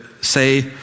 say